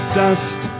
dust